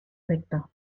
recta